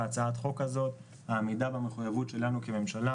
הצעת החוק הזאת והעמידה במחויבות שלנו כממשלה